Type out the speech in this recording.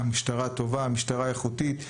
טובה ואיכותית.